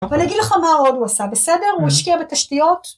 אבל אגיד לך מה עוד הוא עשה, בסדר? הוא השקיע בתשתיות?